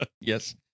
Yes